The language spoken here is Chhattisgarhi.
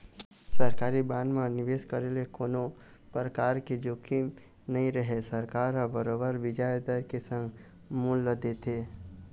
सरकारी बांड म निवेस करे ले कोनो परकार के जोखिम नइ रहय सरकार ह बरोबर बियाज दर के संग मूल ल देथे